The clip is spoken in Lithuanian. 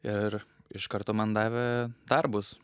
ir iš karto man davė darbus